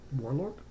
Warlord